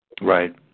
right